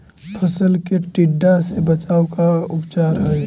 फ़सल के टिड्डा से बचाव के का उपचार है?